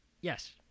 Yes